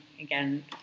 again